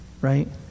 right